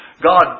God